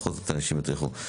בכל זאת אנשים טרחו.